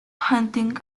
hunting